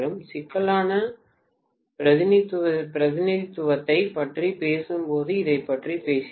சிக்கலான பிரதிநிதித்துவத்தைப் பற்றி பேசும்போது இதைப் பற்றி பேசினோம்